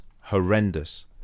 horrendous